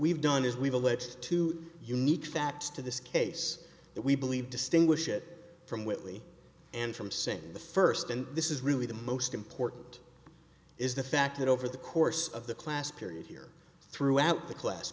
we've done is we've alleged to unique facts to this case that we believe distinguish it from whitley and from seeing the first and this is really the most important is the fact that over the course of the class period here throughout the class